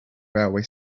railway